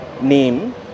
name